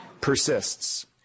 persists